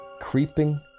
creeping